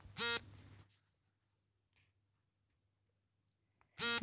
ರಾಸಾಯನಿಕ ಗೊಬ್ಬರಗಳನ್ನು ಬಳಸುವುದರ ಜೊತೆಗೆ ಮಣ್ಣಿನ ಫಲವತ್ತತೆಯನ್ನು ಕಾಪಾಡಿಕೊಳ್ಳಬಹುದೇ?